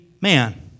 man